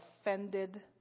offended